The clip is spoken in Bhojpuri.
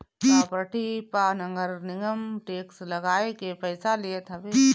प्रापर्टी पअ नगरनिगम टेक्स लगाइ के पईसा लेत हवे